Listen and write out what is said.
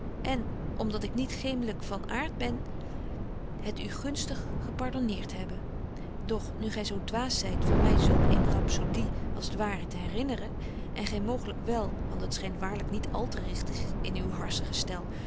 en om dat ik niet geemlyk van aart ben het u gunstig gepardonneert hebben doch nu gy zo dwaas zyt van my zulk eene rapsodie als t ware te herinneren en gy mooglyk wel want het schynt waarlyk niet al te richtig in uw